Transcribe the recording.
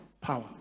power